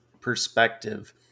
perspective